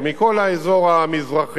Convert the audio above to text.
הוא כבר לא יצטרך לעבור בצומת להבים.